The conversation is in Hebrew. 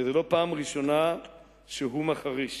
וזאת לא הפעם הראשונה שהוא מחריש